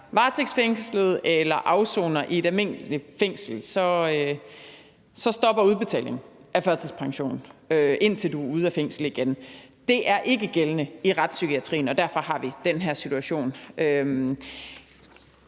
varetægtsfængslet eller afsoner i et almindeligt fængsel, stopper udbetalingen af førtidspensionen, indtil du er ude af fængslet igen. Det er ikke gældende i retspsykiatrien, og derfor har vi den her situation.